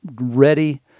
ready